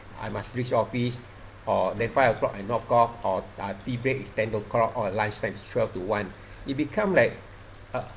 I must reach office or then five o'clock I log off or uh tea break is ten o'clock or lunch time is twelve to one it become like uh